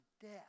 death